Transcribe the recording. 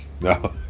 No